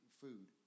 food